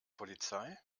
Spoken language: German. polizei